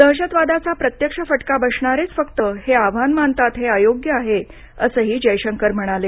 दहशतवादाचा प्रत्यक्ष फटका बसणारेच फक्त हे आव्हान मानतात हे अयोग्य आहे असंही जयशंकर म्हणाले